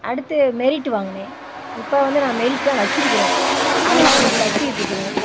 அடுத்து மெரிட் வாங்கினேன் இப்போ வந்து நான் மெரிட் தான் வெச்சிருக்கிறேன் அதில் நான் தச்சிட்ருக்கறேன்